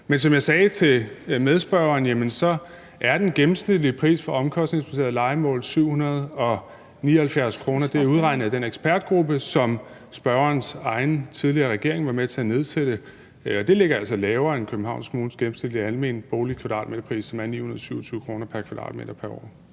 Men som jeg sagde til medspørgeren, er den gennemsnitlige pris for omkostningsbaserede lejemål 779 kr. pr. m2. Det er udregnet af den ekspertgruppe, som spørgerens egen tidligere regering var med til at nedsætte, og det ligger altså lavere end Københavns Kommunes gennemsnitlige almene boligkvadratmeterpris, som er 927 kr. pr. år. Kl.